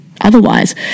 otherwise